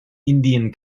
indian